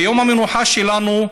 ויום המנוחה שלנו,